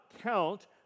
count